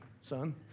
son